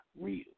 real